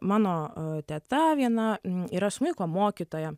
mano teta viena yra smuiko mokytoja